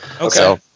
Okay